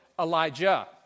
Elijah